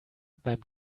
beim